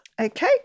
Okay